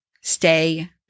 stay